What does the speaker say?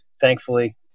thankfully